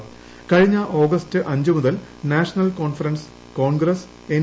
് കഴിഞ്ഞ ആഗസ്റ്റ് അഞ്ച് മുതൽ നാഷണൽ കോൺഫറൻസ് ്കോൺഗ്രസ് എൻ